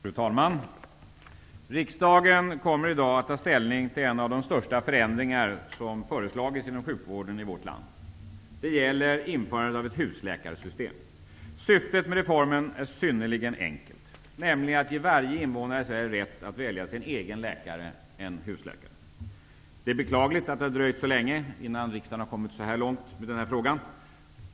Fru talman! Riksdagen kommer i dag att ta ställning till en av de största förändringar som föreslagits inom sjukvården i vårt land. Det gäller införandet av ett husläkarsystem. Syftet med reformen är synnerligen enkelt, nämligen att ge varje invånare i Sverige rätt att välja sin egen läkare -- en husläkare. Det är beklagligt att det har dröjt så länge innan riksdagen har kommit så här långt med frågan.